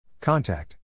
Contact